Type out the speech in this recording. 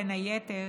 בין היתר,